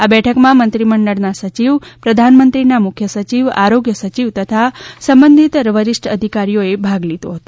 આ બેઠકમાં મંત્રીમંડળના સચિવ પ્રધાનમંત્રીના મુખ્ય સચિવ આરોગ્ય સચિવ તથા સંબંધિત વરિષ્ઠ અધિકારીઓએ ભાગ લીધો હતો